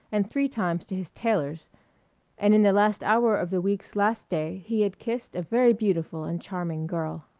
and three times to his tailor's and in the last hour of the week's last day he had kissed a very beautiful and charming girl.